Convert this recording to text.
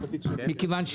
מכיוון,